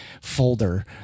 folder